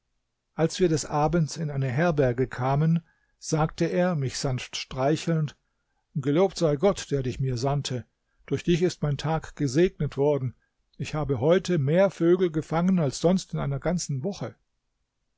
als wir des abends in eine herberge kamen sagte er mich sanft streichelnd gelobt sei gott der dich mir sandte durch dich ist mein tag gesegnet worden ich habe heute mehr vögel gefangen als sonst in einer ganzen woche